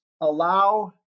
allow